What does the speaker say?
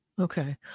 Okay